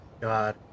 god